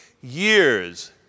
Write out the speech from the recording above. years